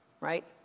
Right